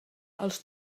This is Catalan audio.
els